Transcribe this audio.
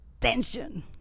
tension